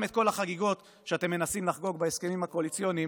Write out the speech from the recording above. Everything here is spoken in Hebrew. את כל החגיגות שאתם מנסים לחגוג בהסכמים הקואליציוניים,